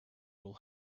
will